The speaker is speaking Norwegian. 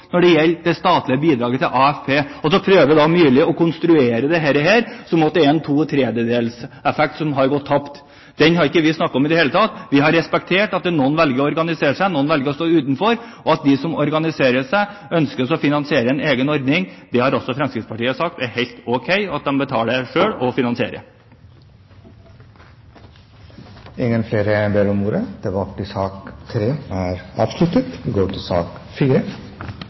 når det gjelder det statlige bidraget til AFP. Og så prøver Myrli å konstruere det slik at det er en to tredjedels effekt som har gått tapt. Den har vi ikke snakket om i det hele tatt. Vi har respektert at noen velger å organisere seg og noen velger å stå utenfor, og at de som organiserer seg, ønsker å finansiere en egen ordning. Det har også Fremskrittspartiet sagt er helt ok at de finansierer og betaler selv. Flere har ikke bedt om ordet til sak nr. 3. Norge ligger langt fremme når det gjelder forskning, utvikling og